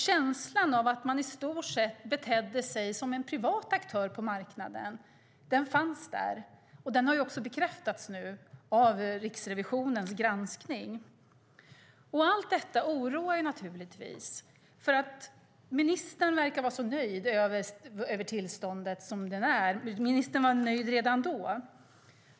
Känslan av att Inlandsinnovation i stort sett betedde sig som en privat aktör på marknaden fanns där, och den har nu bekräftats av Riksrevisionens granskning. Allt detta oroar naturligtvis. Ministern verkar vara så nöjd över tillståndet som det är. Hon var nöjd redan då.